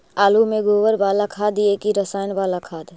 आलु में गोबर बाला खाद दियै कि रसायन बाला खाद?